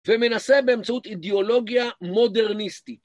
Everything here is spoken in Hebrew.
ומנסה באמצעות אידיאולוגיה מודרניסטית.